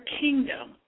kingdom